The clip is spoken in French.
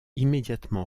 immédiatement